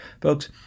Folks